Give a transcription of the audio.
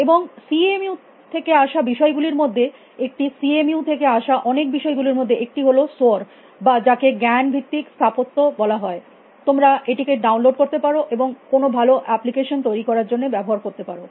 এবং C M U থেকে আসা বিষয় গুলির মধ্যে একটি সি এম ইউ থেকে আসা অনেক বিষয় গুলির মধ্যে একটি হল সোর বা যাকে জ্ঞানভিত্তিক স্থাপত্য বলা হয় তোমরা এটিকে ডাউনলোড করতে পারো এবং কোনো ভালো অ্যাপ্লিকেশন তৈরী করার জন্য ব্যবহার করতে পারো